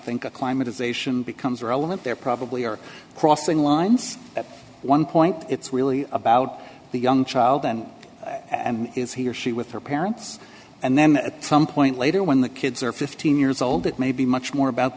think a climate is ation becomes relevant there probably are crossing lines at one point it's really about the young child then and is he or she with her parents and then at some point later when the kids are fifteen years old it may be much more about